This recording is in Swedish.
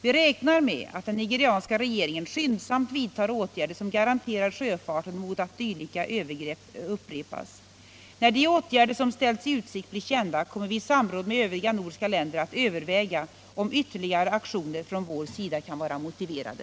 Vi räknar med att den nigerianska regeringen skyndsamt vidtar åtgärder som garanterar sjöfarten mot att dylika övergrepp upprepas. När de åtgärder som ställts i utsikt blir kända kommer vi i samråd med övriga nordiska länder att överväga om ytterligare aktioner från vår sida kan vara motiverade.